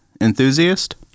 enthusiast